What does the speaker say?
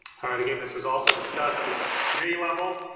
all right, again this was also discussed at community level.